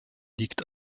liegt